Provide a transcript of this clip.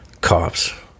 cops